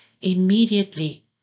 immediately